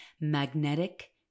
magnetic